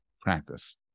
practice